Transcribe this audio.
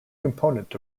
component